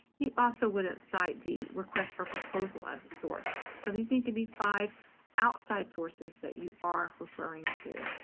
you also wouldn't cite the request for proposal as a source. so these need to be five outside sources that you are referring to.